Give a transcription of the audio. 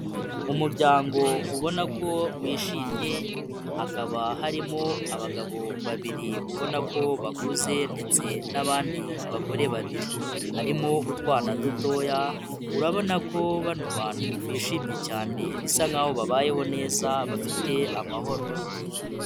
Umuryango ubona ko wishimye, hakaba harimo abagabo babiri ubona ko bakuze ndetse n'abandi bagore babiri. Harimo utwana dutoya, urabona ko bano bantu bishimye cyane bisa nkaho babayeho neza bafite amahoro.